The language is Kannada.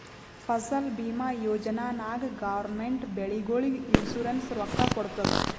ಫಸಲ್ ಭೀಮಾ ಯೋಜನಾ ನಾಗ್ ಗೌರ್ಮೆಂಟ್ ಬೆಳಿಗೊಳಿಗ್ ಇನ್ಸೂರೆನ್ಸ್ ರೊಕ್ಕಾ ಕೊಡ್ತುದ್